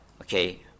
okay